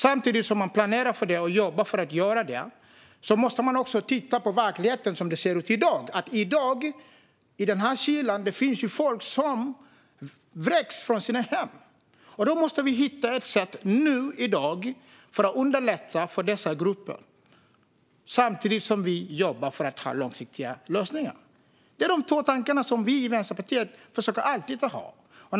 Samtidigt som man planerar för det och jobbar för att göra det måste man också titta på hur verkligheten ser ut i dag. I kylan i dag finns det folk som vräks från sina hem. Då måste vi hitta ett sätt nu i dag för att underlätta för dessa grupper samtidigt som vi jobbar för långsiktiga lösningar. Det är de två tankar som vi i Vänsterpartiet alltid försöker ha.